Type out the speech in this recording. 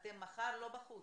מחר אתם לא בחוץ.